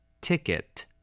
Ticket